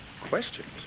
Questions